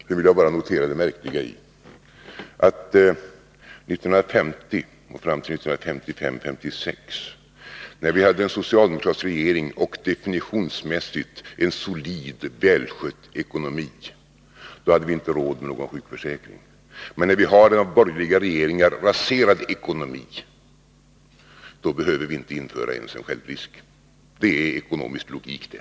Sedan vill jag bara notera det märkliga i att 1950 och fram till 1955/56, när vi hade en socialdemokratisk regering och definitionsmässigt en solid och välskött ekonomi, då hade vi inte råd med någon sjukförsäkring. Men när vi har en av borgerliga regeringar raserad ekonomi, då behöver vi inte införa ens en självrisk. Det är ekonomisk logik det.